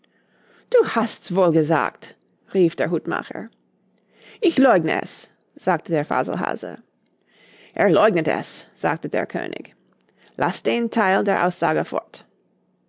du hast's wohl gesagt rief der hutmacher ich läugne es sagte der faselhase er läugnet es sagte der könig laßt den theil der aussage fort